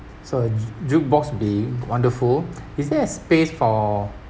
so a ju~ jukebox would be wonderful is there a space for